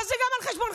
אבל זה גם על חשבונכם.